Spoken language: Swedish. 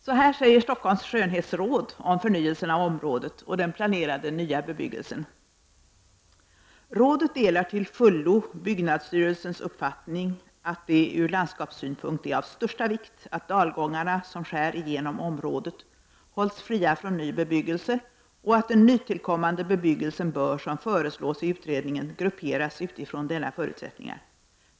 Så här säger Stockholms skönhetsråd om förnyelsen av området och den planerade nya bebyggelsen: ”Rådet delar till fullo byggnadsstyrelsens uppfattning att det ur landskapssynpunkt är av största vikt att dalgångarna som skär igenom området hålls fria från ny bebyggelse och att den nytillkommande bebyggelsen bör, som föreslås i utredningen, grupperas utifrån denna förutsättning.